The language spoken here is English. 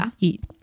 Eat